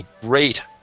great